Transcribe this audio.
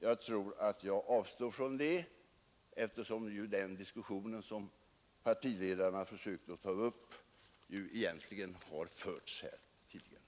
Jag tror att jag avstår från det, eftersom den diskussion som partiledarna försökt ta upp egentligen har förts här tidigare.